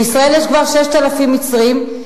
בישראל יש כבר 6,000 מצרים.